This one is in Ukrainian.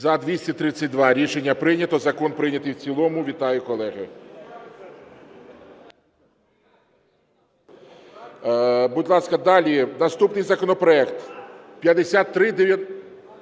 За-232 Рішення прийнято. Закон прийнятий в цілому. Вітаю, колеги.